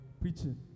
preaching